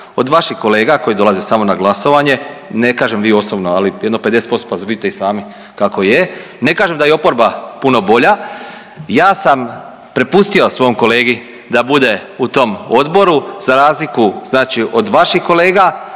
od vaših kolega koji dolaze samo na glasovanje, ne kažem vi osobno, ali jedno 50% pa vidite i sami kako je, ne kažem da je i oporba puno bolja, ja sam prepustio svom kolegi da bude u tom odboru za razliku od vaših kolega,